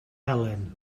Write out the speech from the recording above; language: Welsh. helen